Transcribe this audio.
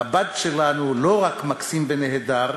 הבד שלנו לא רק מקסים ונהדר,